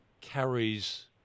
carries